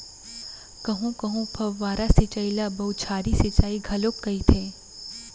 कहूँ कहूँ फव्वारा सिंचई ल बउछारी सिंचई घलोक कहिथे